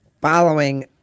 following